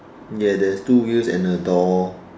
ya there is two wheels and a door